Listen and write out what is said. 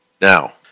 Now